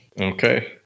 Okay